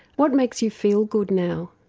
what makes you feel good now?